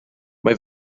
mae